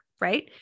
right